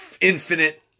infinite